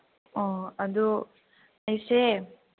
ꯑꯗꯨ ꯑꯩꯁꯦ